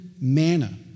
manna